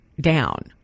down